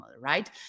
right